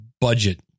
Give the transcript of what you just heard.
budget